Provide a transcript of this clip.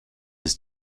his